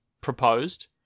proposed